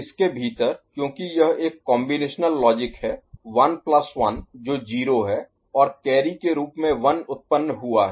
इसके भीतर क्योंकि यह एक कॉम्बिनेशनल लॉजिक है 1 प्लस 1 जो 0 है और कैरी के रूप में 1 उत्पन्न हुआ है